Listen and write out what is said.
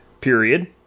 period